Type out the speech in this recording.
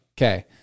okay